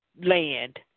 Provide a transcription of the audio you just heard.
land